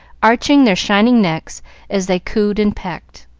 arching their shining necks as they cooed and pecked.